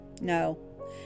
No